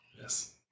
Yes